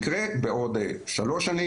כי במרכז יש תחרות ובפריפריה אין תחרות,